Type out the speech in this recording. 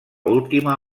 última